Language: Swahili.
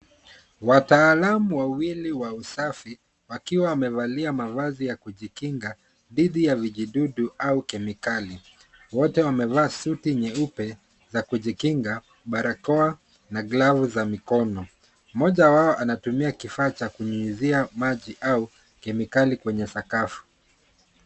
Wataalamu wawili wa usafi wakiwa wamevalia mavazi ya kujikinga dhidi ya vijidudu au kemikali. Wote wamevaa suti nyeupe za kujikinga, barakoa na glavu za mikono. Mmoja wao anatumia kifaa cha kunyunyuzia maji au kemikali kwenye sakafu.